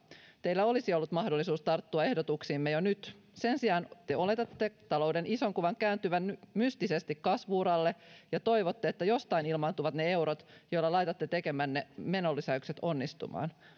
teillä olisi ollut mahdollisuus tarttua ehdotuksiimme jo nyt sen sijaan te oletatte talouden ison kuvan kääntyvän mystisesti kasvu uralle ja toivotte että jostain ilmaantuvat ne eurot joilla laitatte tekemänne menolisäykset onnistumaan